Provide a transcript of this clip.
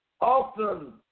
Often